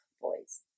boys